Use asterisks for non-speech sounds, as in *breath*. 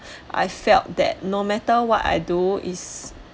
*breath* I felt that no matter what I do is